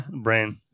brain